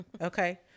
Okay